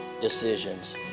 decisions